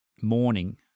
morning